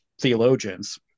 theologians